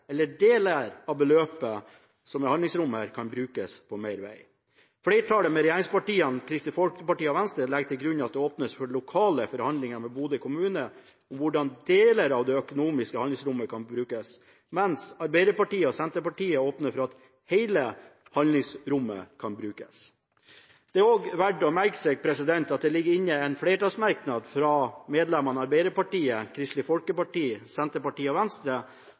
eller deler av beløpet – handlingsrommet – kan brukes på mer veg. Flertallet med regjeringspartiene, Kristelig Folkeparti og Venstre legger til grunn at det åpnes for lokale forhandlinger med Bodø kommune om hvordan deler av det økonomiske handlingsrommet kan brukes, mens Arbeiderpartiet og Senterpartiet åpner for at hele handlingsrommet kan brukes. Det er også verdt å merke seg at det ligger inne en flertallsmerknad fra medlemmene fra Arbeiderpartiet, Kristelig Folkeparti, Senterpartiet og Venstre,